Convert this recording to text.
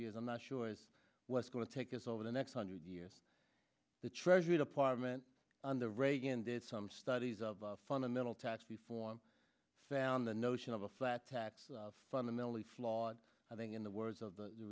years i'm not sure what's going to take us over the next hundred years the treasury department under reagan did some studies of fundamental tax reform found the notion of a flat tax fundamentally flawed i think in the words of the